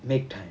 make time